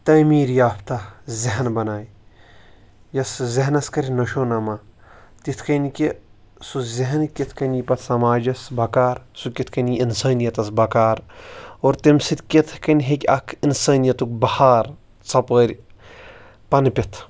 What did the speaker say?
تعمیٖر یافتہ ذہن بَنایہِ یۄس سُہ ذہنَس کَرِ نشوٗنُما تِتھ کٔنۍ کہِ سُہ ذہن کِتھ کٔنۍ یی پَتہٕ سماجَس بکار سُہ کِتھ کٔنۍ یی اِنسٲنیتَس بکار اور تمہِ سۭتۍ کِتھ کٔنۍ ہیٚکہِ اَکھ اِنسٲنیتُک بہار ژۄپٲرۍ پَنٕپِتھ